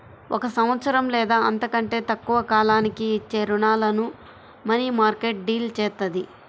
ఒక సంవత్సరం లేదా అంతకంటే తక్కువ కాలానికి ఇచ్చే రుణాలను మనీమార్కెట్ డీల్ చేత్తది